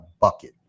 bucket